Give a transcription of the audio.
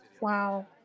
wow